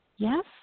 Yes